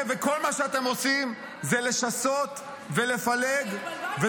וכל מה שאתם עושים זה לשסות ולפלג -- אתה התבלבלת.